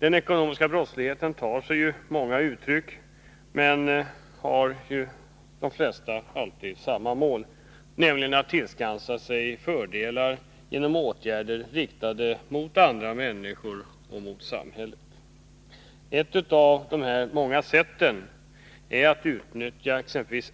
Den ekonomiska brottsligheten tar sig många uttryck, men de som sysslar med sådan har oftast samma mål, nämligen att tillskansa sig fördelar genom åtgärder riktade mot andra människor och mot samhället. Ett av de många sätten är att utnyttja